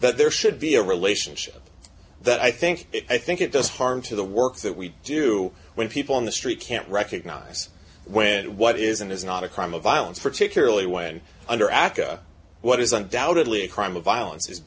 that there should be a relationship that i think i think it does harm to the work that we do when people on the street can't recognize when what is and is not a crime of violence particularly when under aca what is undoubtedly a crime of violence is